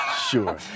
Sure